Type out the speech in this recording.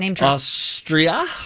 Austria